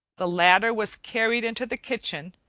the latter was carried into the kitchen,